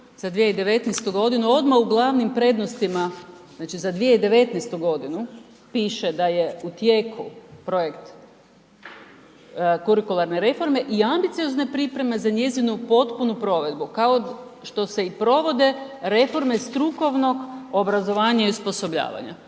za 2019. godinu odmah u glavnim prednostima znači za 2019. godinu piše da je tijelu projekt kurikularne reforme i ambiciozne pripreme za njezinu potpunu provedbu kao što se i provode reforme strukovnog obrazovanja i osposobljavanja,